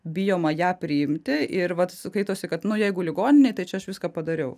bijoma ją priimti ir vat skaitosi kad nu jeigu ligoninėj tai čia aš viską padariau